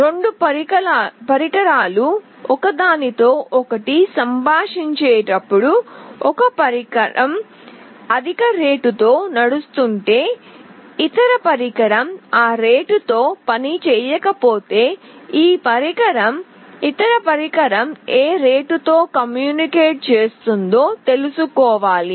2 పరికరాలు ఒకదానితో ఒకటి సంభాషించేటప్పుడు ఒక పరికరం అధిక రేటుతో నడుస్తుంటే ఇతర పరికరం ఆ రేటుతో పనిచేయకపోతే ఈ పరికరం ఇతర పరికరం ఏ రేటుతో కమ్యూనికేట్ చేస్తుందో తెలుసుకోవాలి